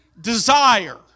desire